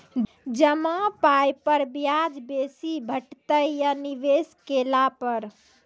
जमा पाय पर ब्याज बेसी भेटतै या निवेश केला पर?